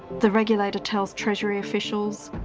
the regulator tells treasury officials,